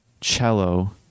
cello